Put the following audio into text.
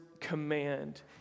command